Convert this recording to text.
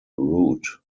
route